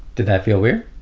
did that feel weird?